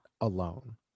alone